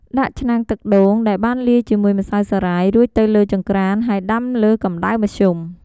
ដាក់ឆ្នាំងទឹកដូងដែលបានលាយជាមួយម្សៅសារាយរួចទៅលើចង្ក្រាន ហើយដាំលើកម្ដៅមធ្យម។